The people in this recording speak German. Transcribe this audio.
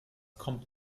kommt